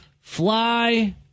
fly